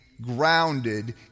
grounded